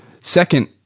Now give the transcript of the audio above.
Second